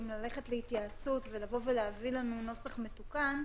ללכת להתייעצות ולהביא לנו נוסח מתוקן.